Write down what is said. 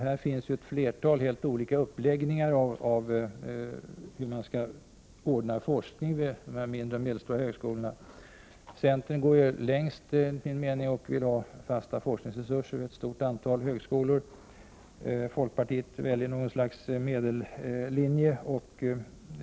Det finns ett flertal helt olika uppläggningar av hur man skall ordna forskningen vid de mindre och medelstora högskolorna. Centern går längst enligt min mening och vill ha fasta forskningsresurser vid ett stort antal högskolor. Folkpartiet väljer något slags medellinje.